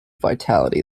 vitality